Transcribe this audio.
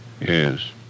Yes